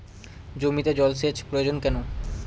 জমিতে জল সেচ প্রয়োজন কেন?